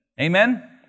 Amen